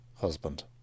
husband